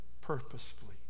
purposefully